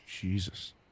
Jesus